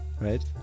right